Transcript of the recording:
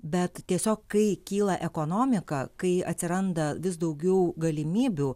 bet tiesiog kai kyla ekonomika kai atsiranda vis daugiau galimybių